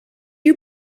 you